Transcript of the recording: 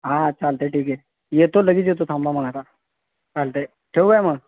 हां चालतं आहे ठीक आहे येतो लगेच येतो थांबा मग आता चालतं आहे ठेवू काय मग